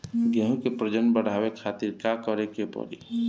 गेहूं के प्रजनन बढ़ावे खातिर का करे के पड़ी?